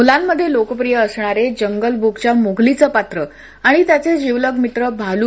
मुलांमध्ये लोकप्रिय असणारे जंगल बुकच्या मोगलीचे पात्र आणि त्याचे जीवलग मित्र भालू